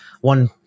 One